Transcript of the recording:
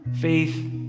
faith